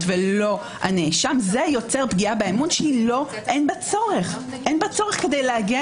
ולא הנאשם זה יוצר פגיעה באמון שאין בה צורך כדי להגן.